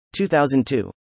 2002